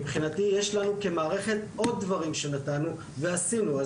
מבחינתי יש לנו כמערכת עוד דברים שנתנו ועשינו,